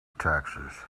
taxes